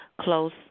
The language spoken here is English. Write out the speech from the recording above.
close